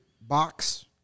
box